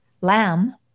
lamb